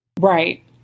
Right